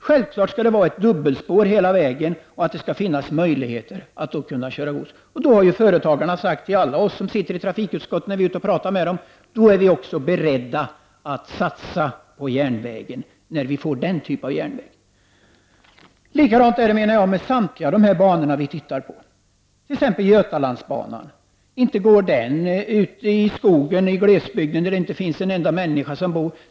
Det skall självfallet finnas dubbelspår hela vägen och möjligheter att transportera gods. När vi får den typen av järnväg är vi också beredda att satsa på järnvägen — det har företagarna sagt till alla oss som sitter i trafikutskottet när vi varit ute och talat med dem. Likadant är det med samtliga banor som vi tittar på, t.ex. Götalandsbanan. Inte går den ut i skogen i glesbygden där det inte bor en enda människa!